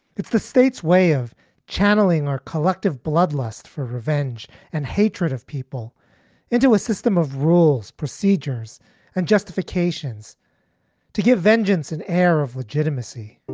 it's the state's way of channeling our collective bloodlust for revenge and hatred of people into a system of rules, procedures and justifications to give vengeance an air of legitimacy